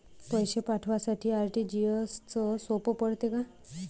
पैसे पाठवासाठी आर.टी.जी.एसचं सोप पडते का?